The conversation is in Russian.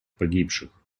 погибших